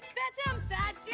that sounds sad, too.